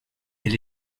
elle